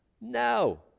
No